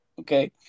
Okay